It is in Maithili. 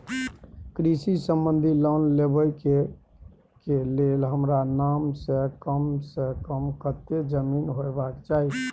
कृषि संबंधी लोन लेबै के के लेल हमरा नाम से कम से कम कत्ते जमीन होबाक चाही?